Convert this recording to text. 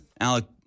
Alec